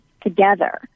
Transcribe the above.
together